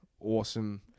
awesome